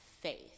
faith